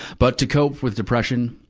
but, to cope with depression,